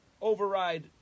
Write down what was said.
override